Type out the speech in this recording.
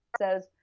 says